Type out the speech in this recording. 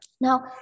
Now